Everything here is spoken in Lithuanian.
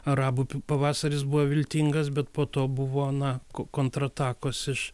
arabų pi pavasaris buvo viltingas bet po to buvo na ko kontratakos iš